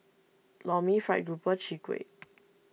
Lor Mee Fried Grouper Chwee Kueh